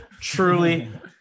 truly